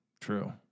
True